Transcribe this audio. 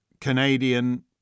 Canadian